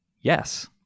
Yes